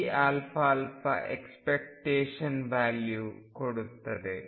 pαα expectation value ಕೊಡುತ್ತದೆ